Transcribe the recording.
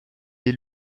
est